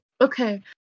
okay